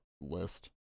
list